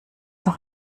noch